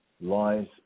lies